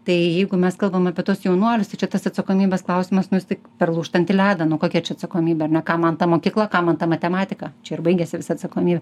tai jeigu mes kalbam apie tuos jaunuolius tai čia tas atsakomybės klausimas nu jis taip per lūžtantį ledą nu kokia čia atsakomybė ar ne kam man ta mokykla kam man ta matematika čia ir baigiasi visa atsakomybė